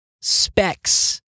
specs